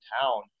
town